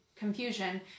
Confusion